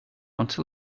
until